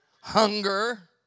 hunger